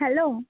hello